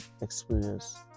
experience